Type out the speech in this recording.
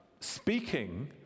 speaking